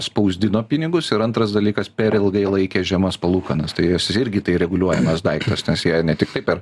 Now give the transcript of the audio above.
spausdino pinigus ir antras dalykas per ilgai laikė žemas palūkanas tai irgi tai reguliuojamas daiktas nes jie ne tiktai per